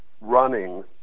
running